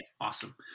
Awesome